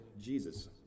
Jesus